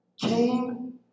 came